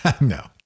No